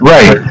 Right